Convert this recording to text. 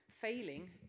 Failing